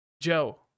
Joe